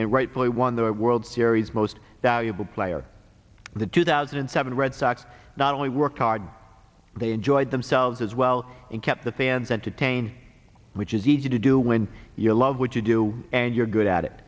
and rightfully won their world series most valuable player the two thousand and seven red sox not only worked hard they enjoyed themselves as well and kept the fans entertain which is easy to do when you love what you do and you're good at it